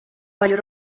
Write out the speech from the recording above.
palju